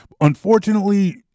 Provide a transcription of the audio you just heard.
Unfortunately